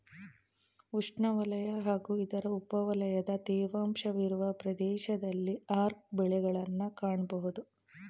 ಉಷ್ಣವಲಯ ಹಾಗೂ ಇದರ ಉಪವಲಯದ ತೇವಾಂಶವಿರುವ ಪ್ರದೇಶದಲ್ಲಿ ಆರ್ಕ ಬೆಳೆಗಳನ್ನ್ ಕಾಣ್ಬೋದು